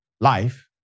life